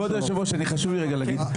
כבוד היו"ר חשוב לי רגע להגיד.